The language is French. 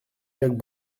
jacques